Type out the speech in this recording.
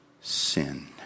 sin